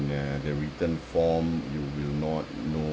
uh the written form you will not know